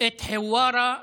את חווארה שרופה.